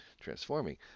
transforming